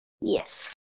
Yes